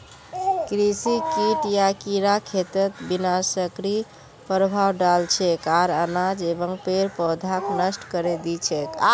कृषि कीट या कीड़ा खेतत विनाशकारी प्रभाव डाल छेक आर अनाज एवं पेड़ पौधाक नष्ट करे दी छेक